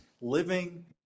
living